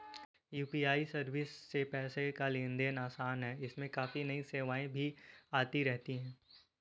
UPI service से पैसे का लेन देन आसान है इसमें काफी नई सेवाएं भी आती रहती हैं